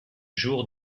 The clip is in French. jour